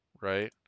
right